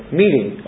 meeting